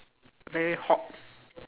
very hot